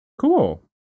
Cool